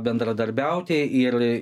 bendradarbiauti ir